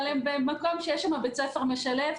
אבל הן במקום שיש שם בית-ספר משלב,